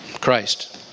Christ